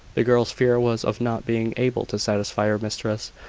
the girl's fear was of not being able to satisfy her mistress,